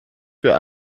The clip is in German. für